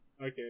Okay